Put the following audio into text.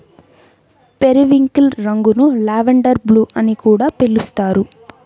periwinkle రంగును lavender blue అని కూడా పిలుస్తారు